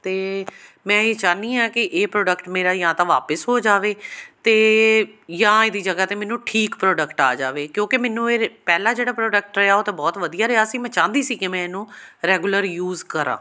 ਅਤੇ ਮੈਂ ਇਹ ਚਾਹੁੰਦੀ ਹਾਂ ਕਿ ਇਹ ਪ੍ਰੋਡਕਟ ਮੇਰਾ ਜਾਂ ਤਾਂ ਵਾਪਿਸ ਹੋ ਜਾਵੇ ਅਤੇ ਜਾਂ ਇਹਦੀ ਜਗ੍ਹਾ 'ਤੇ ਮੈਨੂੰ ਠੀਕ ਪ੍ਰੋਡਕਟ ਆ ਜਾਵੇ ਕਿਉਂਕਿ ਮੈਨੂੰ ਇਹ ਪਹਿਲਾਂ ਜਿਹੜਾ ਪ੍ਰੋਡਕਟ ਰਿਹਾ ਉਹ ਤਾਂ ਬਹੁਤ ਵਧੀਆ ਰਿਹਾ ਸੀ ਮੈਂ ਚਾਹੁੰਦੀ ਸੀ ਕਿ ਮੈਂ ਇਹਨੂੰ ਰੈਗੂਲਰ ਯੂਜ਼ ਕਰਾਂ